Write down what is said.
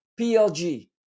PLG